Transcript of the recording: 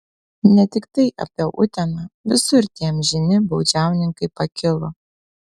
ne tiktai apie uteną visur tie amžini baudžiauninkai pakilo